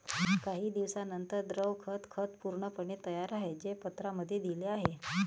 काही दिवसांनंतर, द्रव खत खत पूर्णपणे तयार आहे, जे पत्रांमध्ये दिले आहे